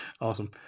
Awesome